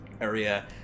area